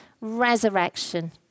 resurrection